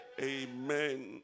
Amen